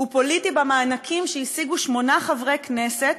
הוא פוליטי במענקים שהשיגו שמונה חברי כנסת,